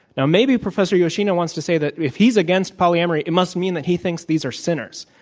now, maybe professor yoshino wants to say that if he's against polyamory, it must mean that he thinks these are sinners.